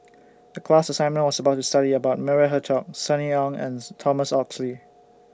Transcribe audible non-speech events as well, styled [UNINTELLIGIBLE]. The class assignment was about study about Maria Hertogh Sunny Ang and [UNINTELLIGIBLE] Thomas Oxley